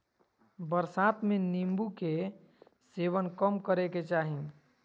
बरसात में नीम्बू के सेवन कम करे के चाही